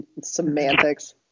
Semantics